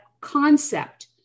concept